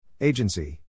Agency